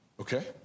Okay